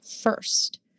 first